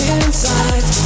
inside